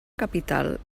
capital